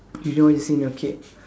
do you know what's the scene not okay